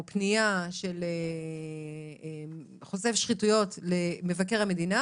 פנייה של חושף שחיתויות למבקר המדינה